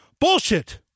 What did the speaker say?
Bullshit